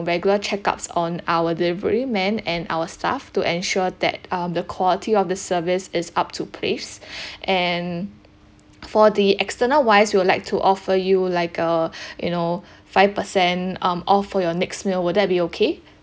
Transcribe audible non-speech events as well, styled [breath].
regular check ups on our delivery man and our staff to ensure that uh the quality of the service is up to place [breath] and for the external wise we would like to offer you like uh [breath] you know five percent um off for your next meal will that be okay